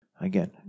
Again